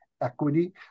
equity